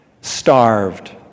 starved